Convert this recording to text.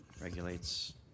regulates